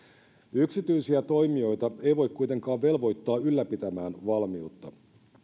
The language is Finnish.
yksityisiä toimijoita ei voi kuitenkaan velvoittaa ylläpitämään valmiutta